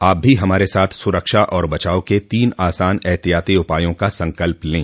आप भी हमारे साथ सुरक्षा और बचाव के तीन आसान एहतियाती उपायों का संकल्प लें